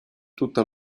tutta